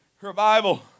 revival